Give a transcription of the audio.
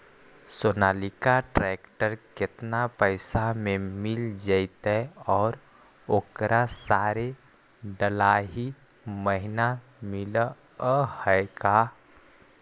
Sonalika tractor केतना पैसा में मिल जइतै और ओकरा सारे डलाहि महिना मिलअ है का?